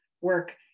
work